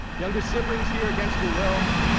younger siblings here against your will,